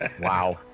Wow